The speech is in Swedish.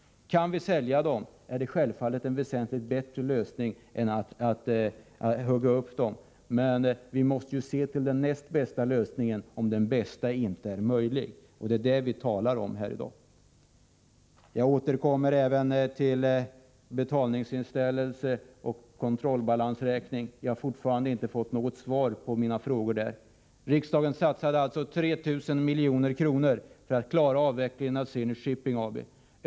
Kan vi sälja dem är det självfallet en bättre lösning än att hugga upp dem. Men vi måste se till den näst bästa lösningen, om den bästa inte är möjlig att uppnå. Det är detta vi talar om här i dag. Jag återkommer även till frågan om betalningsinställelse och kontrollbalansräkning. Jag har fortfarande inte fått något svar på mina frågor om dessa saker. Riksdagen satsade alltså 3 000 milj.kr. för att klara avvecklingen av Zenit Shipping AB.